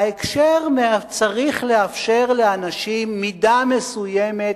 ההקשר צריך לאפשר לאנשים מידה מסוימת